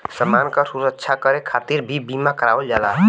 समान क सुरक्षा करे खातिर भी बीमा करावल जाला